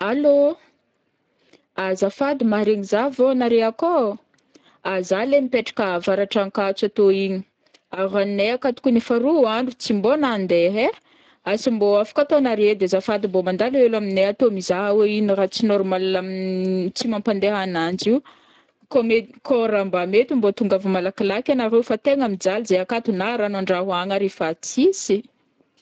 Allô! azafady maharegny zah vao anaré akao ô, zah leha mipetraka avaratr'ankatso atô igny, ah ranonay akato koun efa roa andro tsy mbô nandeha ai, asa mbô afaka ataonaré edy azafady mbô mandalo hely aminay atô mizaha hoe ino raha tsy normal tsy mampandeha ananjy io, kô mety, kô raha mbô mety mba tongava malakilaky anaréo fao tegna mijaly zahay akato na rano andrahoagna efa tsisy.